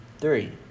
Three